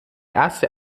erste